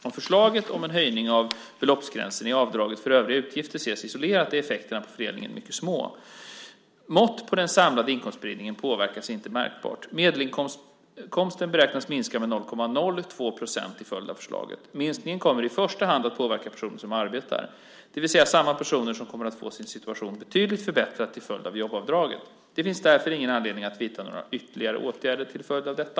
Om förslaget om en höjning av beloppsgränsen i avdraget för övriga utgifter ses isolerat är effekterna på fördelningen mycket små. Mått på den samlade inkomstspridningen påverkas inte märkbart. Medelinkomsten beräknas minska med 0,02 % till följd av förslaget. Minskningen kommer i första hand att påverka personer som arbetar, det vill säga samma personer som kommer att få sin situation betydligt förbättrad till följd av jobbavdraget. Det finns därför inte anledning att vidta några ytterligare åtgärder till följd av detta.